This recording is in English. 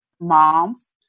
moms